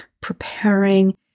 preparing